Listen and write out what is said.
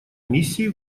миссии